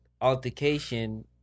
altercation